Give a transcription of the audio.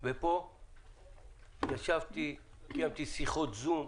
אבל כאן ישבתי וקיימתי שיחות זום.